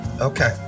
okay